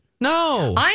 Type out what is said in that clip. No